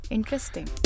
Interesting